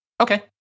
Okay